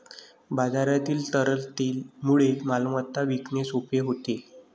बाजारातील तरलतेमुळे मालमत्ता विकणे सोपे होते